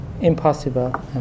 impossible